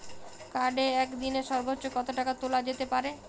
কার্ডে একদিনে সর্বোচ্চ কত টাকা তোলা যেতে পারে?